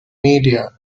media